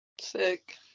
Sick